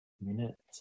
Minutes